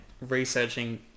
researching